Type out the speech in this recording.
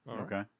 Okay